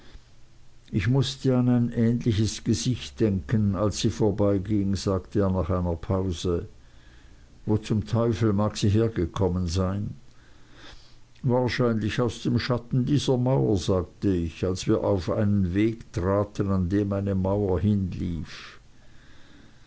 ich mußte an ein ähnliches gesicht denken als sie vorbeiging sagte er nach einer pause wo zum teufel mag sie hergekommen sein wahrscheinlich aus dem schatten dieser mauer sagte ich als wir auf einen weg traten an dem eine mauer hinlief